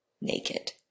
naked